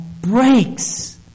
breaks